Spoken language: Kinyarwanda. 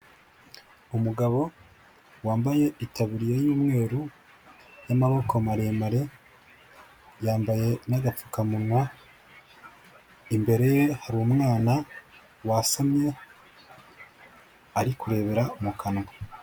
Umugabo wambaye itaburiya y'umweru y'amaboko maremare, yambaye n'agapfukamunwa, imbere ye hari umwana wasamye ari kurebera mu kanwa.